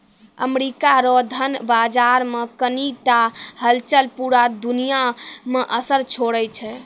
America रो धन बाजार मे कनी टा हलचल पूरा दुनिया मे असर छोड़ै छै